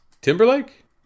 Timberlake